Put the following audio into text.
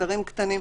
בחדרים קטנים,